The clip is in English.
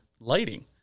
lighting